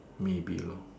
maybe loh